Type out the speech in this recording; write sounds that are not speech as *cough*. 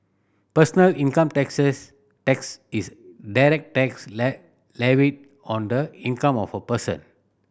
personal income taxes tax is direct tax *unintelligible* levied on the income of a person